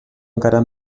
encara